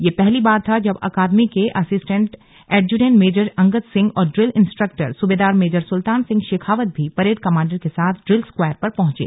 यह पहली बार था जब अकादमी के assistant adjutant major Angad Singh और drill instructor Subedar major Sultan Singh Shekhawat भी परेड कमांडर के साथ ड्रिल स्क्वायर पर पहुंचे